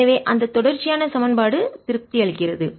எனவே அந்த தொடர்ச்சியான சமன்பாடு திருப்தி அளிக்கிறது